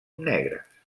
negres